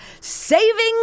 saving